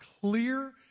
clear